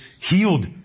healed